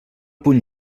puny